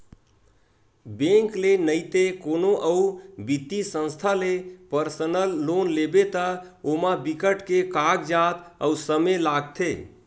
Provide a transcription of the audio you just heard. bank ले नइते कोनो अउ बित्तीय संस्था ले पर्सनल लोन लेबे त ओमा बिकट के कागजात अउ समे लागथे